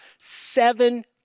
seven